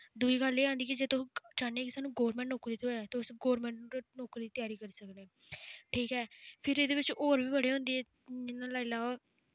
दूई गल्ल एह् आंदी कि जे तुस चाह्न्ने कि सानूं गोरमैंट नौकरी थोऐ तुस गोरमैंट नौकरी त्यारी करी सकने ठीक ऐ फिर एह्दे बिच्च होर बी बड़े होंदे जि'यां लाई लाओ